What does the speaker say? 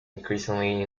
increasingly